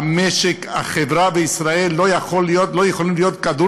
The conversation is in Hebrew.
המשק והחברה בישראל לא יכולים להיות כדור